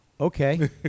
okay